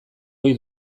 ohi